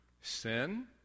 sin